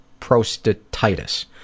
prostatitis